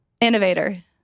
Innovator